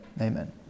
Amen